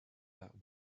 that